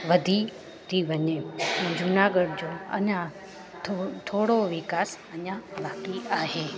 वधी थी वञे ऐं जूनागढ़ जो अञा थो थोरो विकास अञा बाक़ी आहे